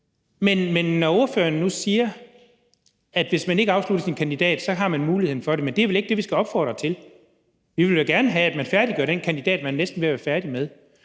Men ordføreren siger nu, at hvis man ikke afslutter sin kandidat, har man muligheden for at skifte, men det er vel ikke det, vi skal opfordre til. Vi vil da gerne have, at man færdiggør den kandidat, man næsten er ved at være færdig med.